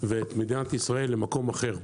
ואת מדינת ישראל, למקום אחר,